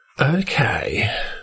Okay